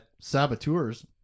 Saboteurs